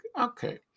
Okay